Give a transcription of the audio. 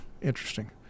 interesting